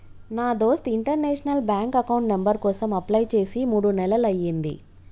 నా దోస్త్ international bank account number కోసం అప్లై చేసి మూడు నెలలయ్యింది